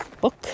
book